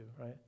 right